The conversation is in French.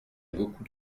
beaucoup